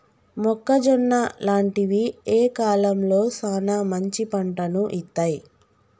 మొక్కజొన్న లాంటివి ఏ కాలంలో సానా మంచి పంటను ఇత్తయ్?